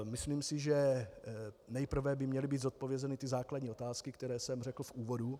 Myslím si, že nejprve by měly být zodpovězeny základní otázky, které jsem řekl v úvodu.